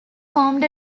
formed